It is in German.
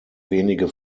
wenige